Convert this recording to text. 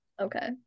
Okay